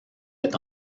est